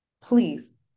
please